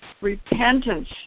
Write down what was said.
repentance